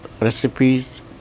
recipes